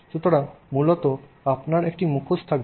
সুতরাং মূলত আপনার একটি মুখোশ থাকবে